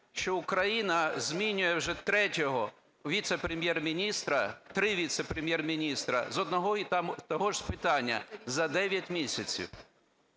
що Україна змінює вже третього віце-прем'єр-міністра, три віце-прем'єр-міністра, з одного і того ж питання за 9 місяців?